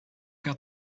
got